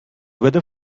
weather